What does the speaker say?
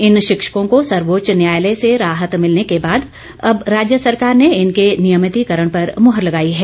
इन शिक्षकों को सर्वोच्च न्यायालय से राहत मिलने के बाद अब राज्य सरकार ने इनके नियमितीकरण पर मोहर लगाई है